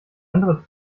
andere